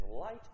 light